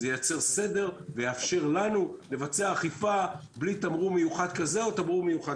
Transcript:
זה ייצר סדר ויאפשר לנו לבצע אכיפה בלי תמרור מיוחד כזה או אחר.